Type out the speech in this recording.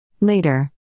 Later